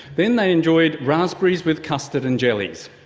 then they enjoyed raspberries with custard and jellies.